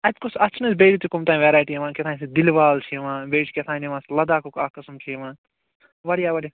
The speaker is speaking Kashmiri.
اَتہِ کُس اَتھ چھِ نا حظ بیٚیہِ تہِ کٕم تانۍ ویرایٹی یوان کیٚتھانۍ سُہ دلوال چھُ یوان بیٚیہِ چھُ کیٚتھانۍ یِوان سُہ لَداخُک اَکھ قٕسم چھُ یِوان واریاہ واریاہ